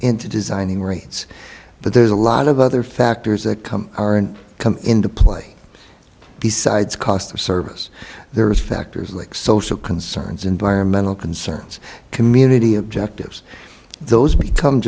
into designing rates but there's a lot of other factors that come aren't come into play besides cost of service there's factors like social concerns environmental concerns community objectives those become